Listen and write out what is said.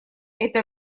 это